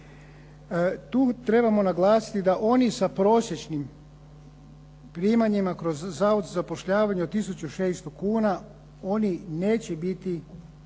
Tu trebamo naglasiti da oni sa prosječnim primanjima kroz Zavod za zapošljavanje od 1600 kuna oni neće biti